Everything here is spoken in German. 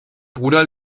bruder